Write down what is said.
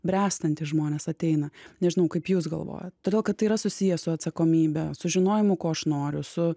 bręstantys žmonės ateina nežinau kaip jūs galvojat todėl kad tai yra susiję su atsakomybe su žinojimu ko aš noriu su